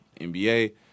NBA